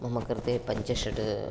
मम कृते पञ्च षट्